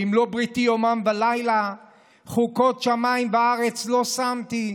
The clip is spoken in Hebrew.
"אם לא בריתי יום ולילה חקות שמים וארץ לא שמתי".